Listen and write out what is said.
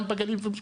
גם בגליל ובמשולש,